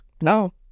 No